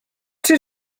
czy